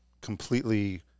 completely